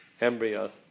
embryo